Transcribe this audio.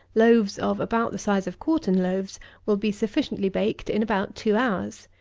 loaves of about the size of quartern loaves will be sufficiently baked in about two hours.